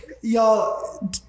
y'all